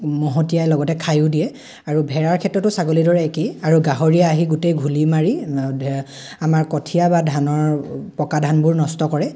মহতিয়াই লগতে খায়ো দিয়ে আৰু ভেড়াৰ ক্ষেত্ৰতো ছাগলীৰ দৰে একেই আৰু গাহৰিয়ে আহি গোটেই ঘূলি মাৰি আমাৰ কঠিয়া বা ধানৰ পকা ধানবোৰ নষ্ট কৰে